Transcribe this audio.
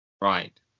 Right